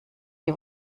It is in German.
die